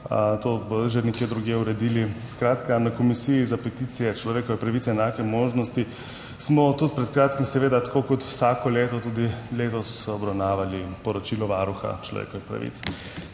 To bodo že nekje drugje uredili. Skratka, na Komisiji za peticije, človekove pravice in enake možnosti smo tudi pred kratkim, seveda tako kot vsako leto, tudi letos obravnavali poročilo Varuha človekovih pravic.